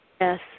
Yes